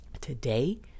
Today